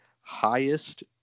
highest